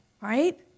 right